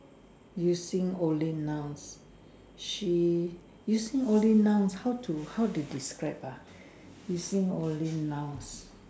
using only nouns she using only nouns how to how to describe ah using only nouns